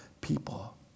people